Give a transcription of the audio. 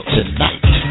Tonight